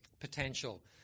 potential